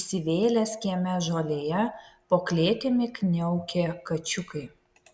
įsivėlęs kieme žolėje po klėtimi kniaukė kačiukai